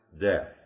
death